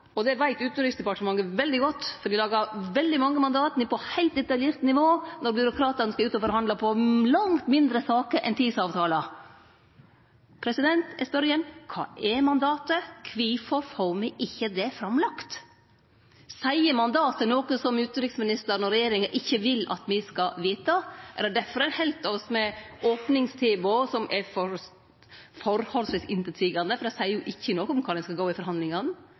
veit Utanriksdepartementet veldig godt, for dei lagar veldig mange mandat, ned på eit veldig detaljert nivå, når byråkratane skal ut og forhandle om langt mindre saker enn TISA-avtalen. Eg spør igjen: Kva er mandatet? Kvifor får me ikkje det framlagt? Seier mandatet noko som utanriksministeren og regjeringa ikkje vil at me skal vite? Er det difor ein har halde oss med eit opningstilbod som er forholdsvis inkjeseiande, for det seier jo ikkje noko om kvar dei skal gå i forhandlingane?